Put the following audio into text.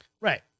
right